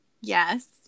Yes